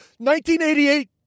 1988